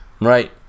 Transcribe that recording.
Right